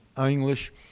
English